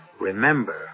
remember